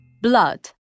Blood